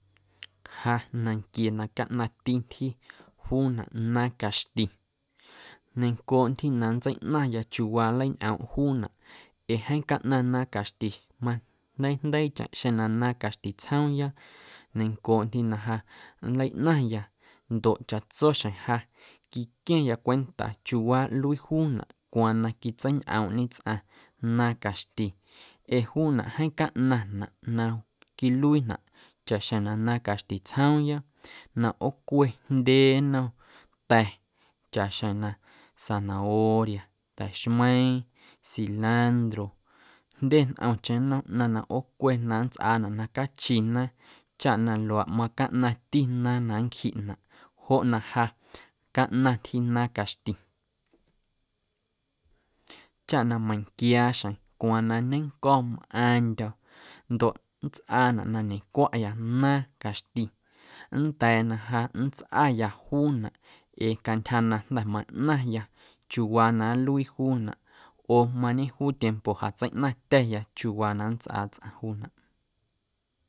Ja nanquie na caꞌnaⁿti ntyji juunaꞌ naaⁿ caxti neiⁿncooꞌ ntyjiya na nntseiꞌnaⁿya chiuuwaa nleñꞌoomꞌ juunaꞌ ee jeeⁿ caꞌnaⁿ caxti ma jndeiijndeiicheⁿ xjeⁿ na naaⁿ caxti tsjoomya ñencooꞌ ntyji na ja nleiꞌnaⁿya ndoꞌ chaꞌtso xjeⁿ ja quiqueⁿya cwenta chiuuwaa nluii juunaꞌ cwaaⁿ na quitseiñꞌoomꞌñe tsꞌaⁿ naaⁿ caxti ee juunaꞌ jeeⁿ caꞌnaⁿnaꞌ na quiluiinaꞌ chaꞌxjeⁿ na naaⁿ caxti tsjoomya na ꞌoocwe jndye nnom ta̱ chaꞌxjeⁿ na zanahoria, ta̱xmeiiⁿ, cilantro jndye ntꞌomcheⁿ nnom ꞌnaⁿ na ꞌoocwe na nntsꞌaanaꞌ na cachi naaⁿ chaꞌ na luaaꞌ macaꞌnaⁿti naaⁿ na nncjiꞌnaꞌ joꞌ na ja caꞌnaⁿ ntyji naaⁿ caxti chaꞌ na meiⁿnquiaa xjeⁿ cwaaⁿ na ñenco̱ mꞌaaⁿndyo̱ ndoꞌ nntsꞌaanaꞌ na ñecwaꞌya naaⁿ caxti nnda̱a̱ na ja nntsꞌaya juunaꞌ ee cantyja na jnda̱ maꞌnaⁿya chiuuwaa na nluii juunaꞌ oo mañejuu tiempo jatseiꞌnaⁿtya̱ya chiuuwaa na nntsꞌaa tsꞌaⁿ juunaꞌ.